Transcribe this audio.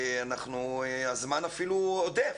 הזמן אפילו עודף,